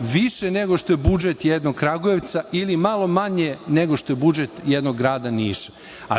više nego što je budžet jednog Kragujevca ili malo manje nego što je budžet jednog grada Niša.